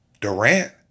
Durant